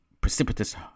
precipitous